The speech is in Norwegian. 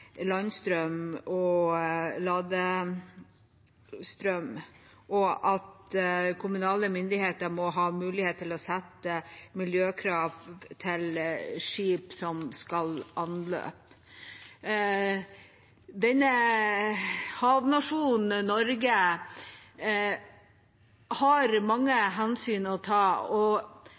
landstrøm og ladestrøm, og at kommunale myndigheter må ha mulighet til å sette miljøkrav til skip som skal anløpe. Havnasjonen Norge har mange hensyn å ta, og